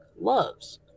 loves